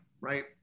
right